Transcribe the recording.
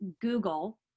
Google